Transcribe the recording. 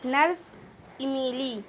nurse emily